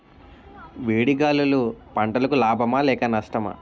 వేడి గాలులు పంటలకు లాభమా లేక నష్టమా?